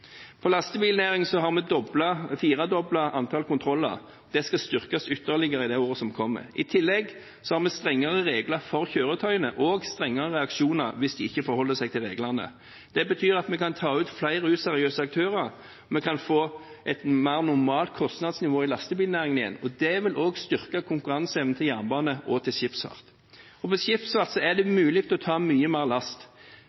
har vi firedoblet antall kontroller. Det skal styrkes ytterligere i det året som kommer. I tillegg har vi strengere regler for kjøretøyene og strengere reaksjoner hvis en ikke forholder seg til reglene. Det betyr at vi kan ta ut flere useriøse aktører. Vi kan få et mer normalt kostnadsnivå i lastebilnæringen igjen, og det vil også styrke konkurranseevnen til jernbanen og skipsfarten. Innen skipsfart